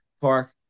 Park